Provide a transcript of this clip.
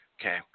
Okay